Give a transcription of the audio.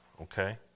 Okay